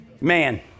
Man